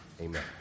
Amen